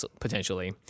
potentially